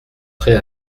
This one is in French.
prêts